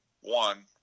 one